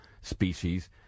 species